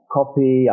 copy